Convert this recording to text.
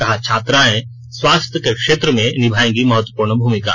कहा छात्राएं स्वास्थ्य के क्षेत्र में निभायेंगी महत्वपूर्ण भूमिका